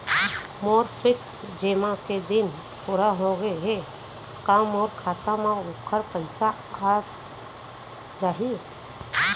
मोर fix जेमा के दिन पूरा होगे हे का मोर खाता म वोखर पइसा आप जाही?